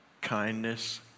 kindness